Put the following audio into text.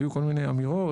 היו כל מיני אמירות,